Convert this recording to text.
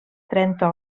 trenta